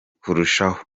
kurushaho